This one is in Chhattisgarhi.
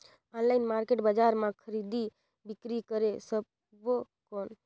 ऑनलाइन मार्केट बजार मां खरीदी बीकरी करे सकबो कौन?